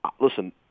listen